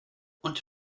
und